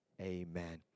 Amen